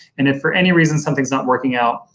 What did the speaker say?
and, if for any reason something's not working out,